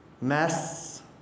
Mess